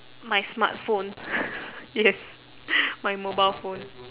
my smartphone yes my mobile phone